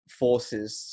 forces